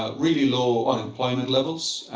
ah really low unemployment levels,